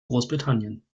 großbritannien